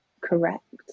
correct